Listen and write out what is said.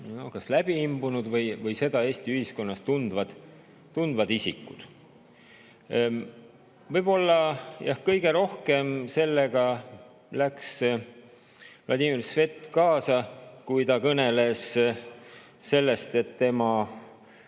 kas läbi imbunud või seda Eesti ühiskonnas tundvad isikud. Võib-olla kõige rohkem läks Vladimir Svet sellega kaasa siis, kui ta kõneles sellest, et tema